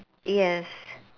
yes